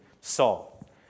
Saul